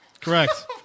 Correct